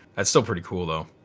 that's still pretty cool though.